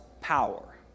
power